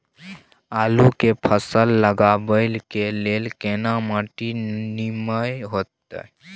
आलू के फसल लगाबय के लेल केना माटी नीमन होयत?